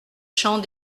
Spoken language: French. champs